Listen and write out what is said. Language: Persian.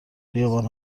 خیابان